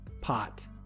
pot